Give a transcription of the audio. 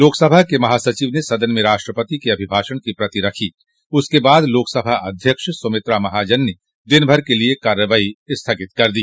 लोकसभा के महासचिव ने सदन में राष्ट्रपति के अभिभाषण की प्रति रखी उसके बाद लोकसभा अध्यक्ष सुमित्रा महाजन ने दिनभर के लिए कार्यवाही स्थगित कर दी